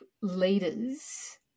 leaders